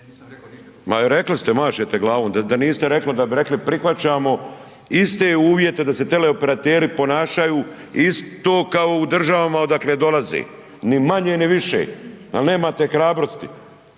Ma rekli ste, mašete glavom, da niste rekli, onda bi rekli prihvaćamo iste uvjete da se teleoprateri ponašaju isto kao u državama odakle dolaze. Ni manje ni više, ali nemate hrabrosti